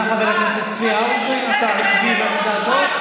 אז תצביע איתנו, תתנגד לזה.